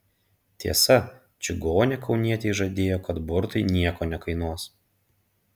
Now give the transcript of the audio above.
tiesa čigonė kaunietei žadėjo kad burtai nieko nekainuos